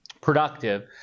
productive